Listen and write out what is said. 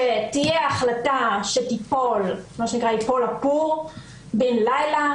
שתהיה החלטה שייפול הפור בין לילה,